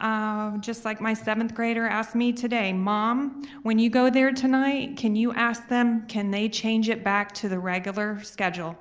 um just like my seventh grader asked me today, mom when you go there tonight, can you ask them can they change it back to the regular schedule?